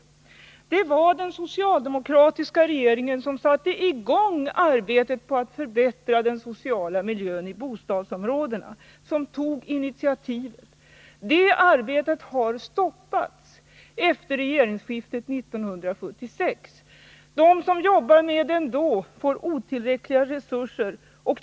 Men det var den socialdemokratiska regeringen som satte i gång arbetet på att förbättra den sociala miljön i bostadsområdena — det var vi som tog initiativet. Det arbetet har stoppats efter regeringsskiftet 1976. De som jobbade med frågan då får nu otillräckliga resurser.